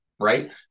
Right